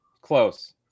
Close